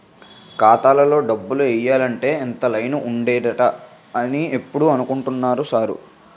ఖాతాలో డబ్బులు ఎయ్యాలంటే ఇంత లైను ఉందేటి అని ఇప్పుడే అనుకుంటున్నా సారు